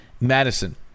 Madison